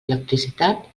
electricitat